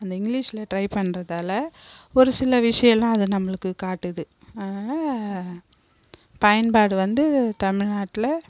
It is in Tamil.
அந்த இங்கிலீஷில் டைப் பண்ணுறதால ஒரு சில விஷயம்லாம் அதை நம்மளுக்கு காட்டுது அதனால பயன்பாடு வந்து தமிழ்நாட்டில்